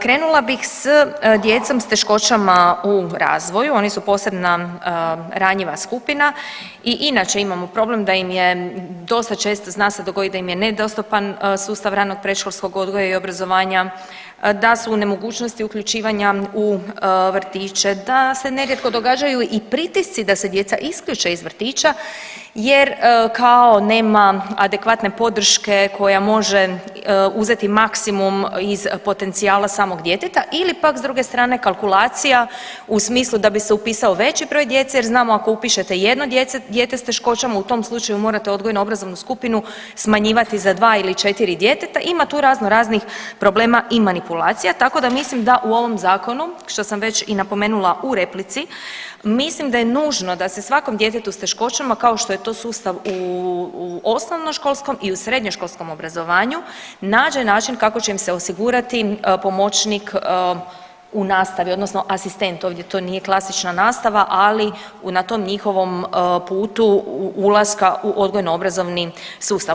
Krenula bih s djecom s teškoćama u razvoju, oni su posebna ranjiva skupina i inače imamo problem da im je dosta često, zna se dogoditi da im je nedostupan sustav ranog predškolskog odgoja i obrazovanja, da su u nemogućnosti uključivanja u vrtiće, da se nerijetko događaju i pritisci da se djeca isključe iz vrtića jer kao nema adekvatne podrške koja može uzeti maksimum iz potencijala samog djeteta ili pak s druge strane, kalkulacija u smislu da bi se upisao veći broj djece jer znamo ako upišete jedno dijete s teškoćama, u tom slučaju morate odgojno-obrazovnu skupinu smanjivati za 2 ili 4 djeteta, ima tu razno raznih problema i manipulacija, tako da mislim da u ovom Zakonu, što sam već i napomenula u replici, mislim da je nužno da se svakom djetetu s teškoćama, kao što je to sustav u osnovnoškolskom, i u srednjoškolskom obrazovanju, nađe način kako će im se osigurati pomoćnik u nastavi, odnosno asistent, ovdje to nije klasična nastava, ali na tom njihovom putu ulaska u odgojno-obrazovni sustav.